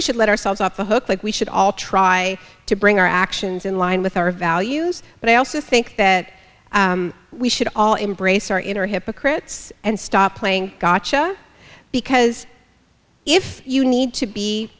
we should let ourselves off the hook like we should all try to bring our actions in line with our values but i also think that we should all embrace our inner hypocrites and stop playing gotcha because if you need to be